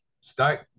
start